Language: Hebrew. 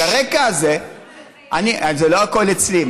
לא הכול אצלי.